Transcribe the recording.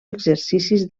exercicis